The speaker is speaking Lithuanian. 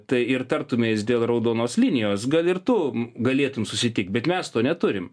tai ir tartumės dėl raudonos linijos gal ir tu galėtum susitikt bet mes to neturim